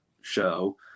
show